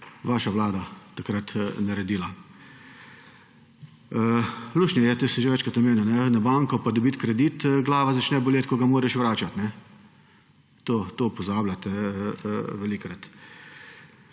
vaša vlada takrat naredila. Luštno je, to sem že večkrat omenil, iti na banko pa dobiti kredit, glava začne boleti, ko ga moraš vračati. Na to velikokrat